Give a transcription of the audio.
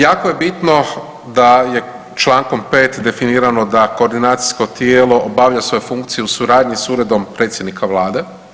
Jako je bitno da je člankom 5. definirano da koordinacijsko tijelo obavlja svoje funkcije u suradnji sa Uredom predsjednika Vlade.